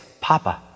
Papa